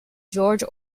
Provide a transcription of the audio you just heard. george